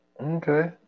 Okay